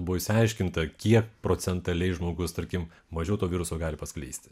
buvo išsiaiškinta kiek procentų jei žmogus tarkim mažiau to viruso gali paskleisti